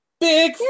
Big